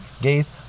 gays